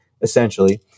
essentially